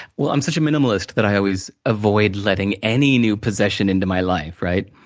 well, i'm such a minimalist that i always avoid letting any new possession into my life, right?